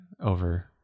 over